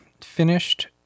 finished